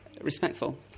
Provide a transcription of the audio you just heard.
respectful